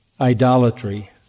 idolatry